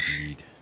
Indeed